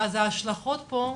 אז ההשלכות פה,